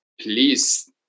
please